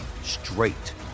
straight